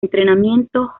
entrenamiento